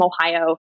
Ohio